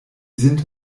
sind